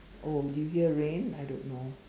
oh do you hear rain I don't know